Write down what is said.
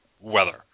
weather